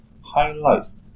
highlights